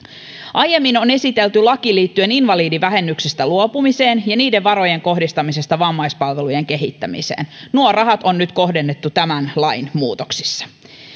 aiemmin on esitelty laki liittyen invalidivähennyksistä luopumiseen ja niiden varojen kohdistamisesta vammaispalvelujen kehittämiseen nuo rahat on nyt kohdennettu tämän lain muutoksissa